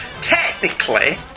Technically